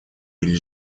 или